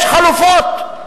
יש חלופות,